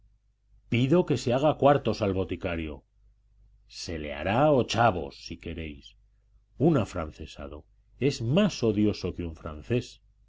pido que se haga cuartos al boticario se le hará ochavos si queréis un afrancesado es más odioso que un francés